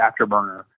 afterburner